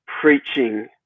preaching